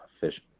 fish